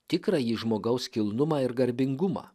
tikrąjį žmogaus kilnumą ir garbingumą